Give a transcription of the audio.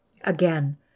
Again